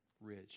rich